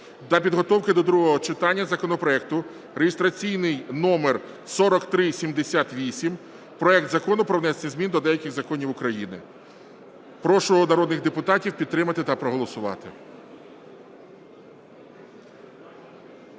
та підготовки до другого читання законопроекту (реєстраційний номер 4378), проект Закону про внесення до деяких законів України. Прошу народних депутатів підтримати та проголосувати.